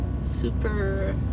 super